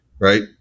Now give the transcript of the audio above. right